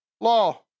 Law